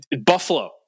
Buffalo